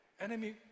enemy